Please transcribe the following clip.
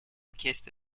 chiesto